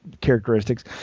characteristics